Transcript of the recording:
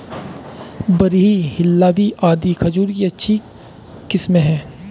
बरही, हिल्लावी आदि खजूर की अच्छी किस्मे हैं